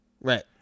Right